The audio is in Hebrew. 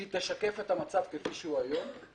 שהיא תשקף את המצב כפי שהוא היום.